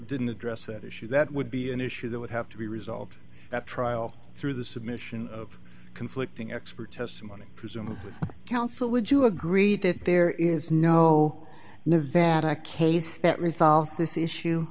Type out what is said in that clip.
didn't address that issue that would be an issue that would have to be resolved at trial through the submission of conflicting expert testimony presumably counsel would you agree that there is no nevada case that resolve